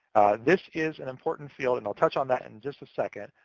this is an important field, and i'll touch on that in just a second.